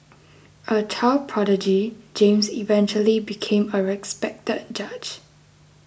a child prodigy James eventually became a respected judge